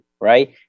right